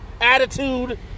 attitude